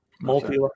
Multi